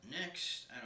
next